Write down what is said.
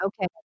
Okay